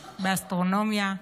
באסטרונומיה,